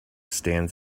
stands